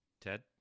Ted